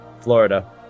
Florida